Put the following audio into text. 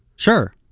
sure.